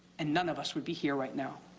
and none of us would be here right now.